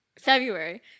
February